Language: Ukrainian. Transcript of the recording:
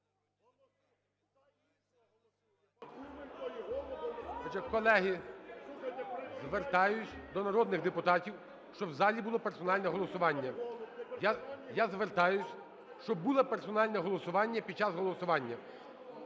Колеги, звертаюся до народних депутатів, щоб в залі було персональне голосування. Я звертаюся, щоб було персональне голосування під час голосування.